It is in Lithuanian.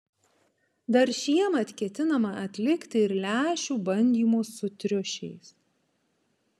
dar šiemet ketinama atlikti ir lęšių bandymus su triušiais